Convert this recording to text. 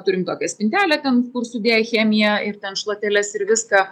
turim tokią spintelę ten kur sudėję chemiją ir ten šluoteles ir viską